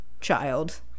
child